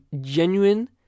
genuine